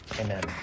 amen